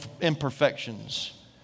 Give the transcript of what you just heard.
imperfections